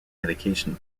medication